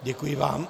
Děkuji vám.